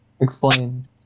Explain